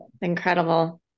Incredible